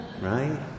right